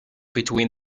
between